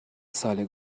سال